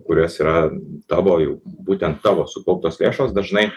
kurios yra tavo jau būtent tavo sukauptos lėšos dažnai